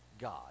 God